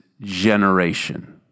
generation